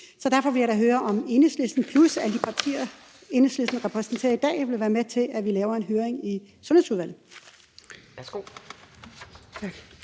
så derfor vil jeg da høre, om Enhedslisten plus alle de partier, Enhedslisten repræsenterer i dag, vil være med til, at vi laver en høring i Sundhedsudvalget.